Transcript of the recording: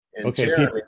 Okay